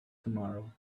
tomorrow